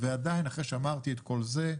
ועדיין, אחרי שאמרתי את כל זה,